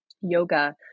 yoga